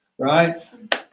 Right